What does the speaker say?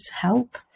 help